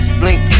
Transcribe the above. blink